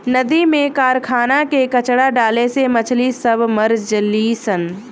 नदी में कारखाना के कचड़ा डाले से मछली सब मर जली सन